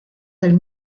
del